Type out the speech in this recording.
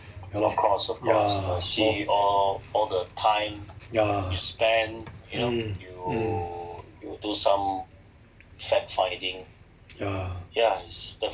ya lor ya ya mm mm ya